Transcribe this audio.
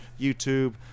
YouTube